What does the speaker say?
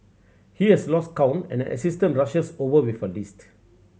he has lost count and an assistant rushes over with a list